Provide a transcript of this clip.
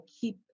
keep